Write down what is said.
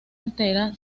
entera